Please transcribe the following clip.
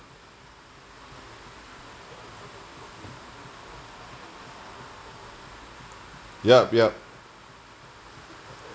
yup yup